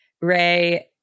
Ray